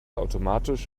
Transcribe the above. automatisch